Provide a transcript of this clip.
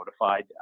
notified